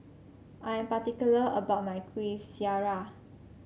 I am particular about my Kuih Syara